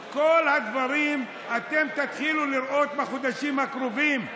את כל הדברים אתם תתחילו לראות בחודשים הקרובים.